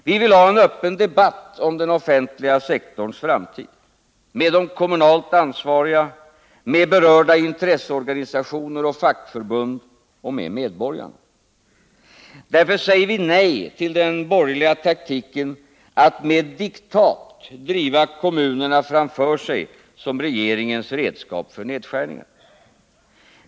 Vi vill ha en öppen debatt om den offentliga sektorns framtid —- med de kommunalt ansvariga, med berörda intresseorganisationer och fackförbund och med medborgarna. Därför säger vi nej till den borgerliga taktiken att med diktat driva kommunerna framför sig som regeringens redskap för nedskärningar.